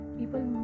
people